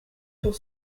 pour